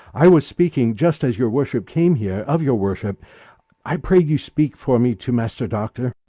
i was speaking, just as your worship came here, of your worship i pray you speak for me to master doctor.